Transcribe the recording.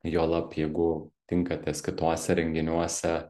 juolab jeigu tinkatės kituose renginiuose